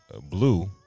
Blue